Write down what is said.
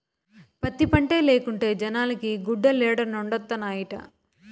పత్తి పంటే లేకుంటే జనాలకి గుడ్డలేడనొండత్తనాయిట